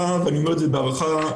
ואני אומר את זה בהערכה מחמירה,